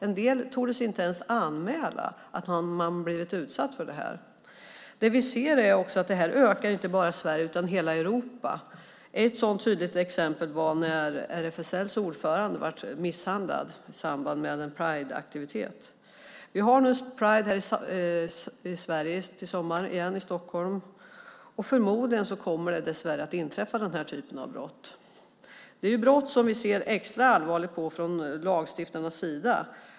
En del tordes inte ens anmäla att de blivit utsatta. Det vi ser är att det här inte ökar bara i Sverige utan i hela Europa. Ett sådant tydligt exempel är när RFSL:s ordförande blev misshandlad i samband med en Prideaktivitet. Vi kommer att ha Pride till sommaren igen i Sverige, i Stockholm, och förmodligen kommer det dessvärre att inträffa den här typen av brott. Det är brott som vi ser extra allvarligt på från lagstiftarnas sida.